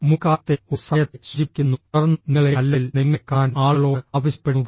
മുൻകാലത്തെ ഒരു സമയത്തെ സൂചിപ്പിക്കുന്നു തുടർന്ന് നിങ്ങളെ അല്ലെങ്കിൽ നിങ്ങളെ കാണാൻ ആളുകളോട് ആവശ്യപ്പെടുന്നു